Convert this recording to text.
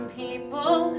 people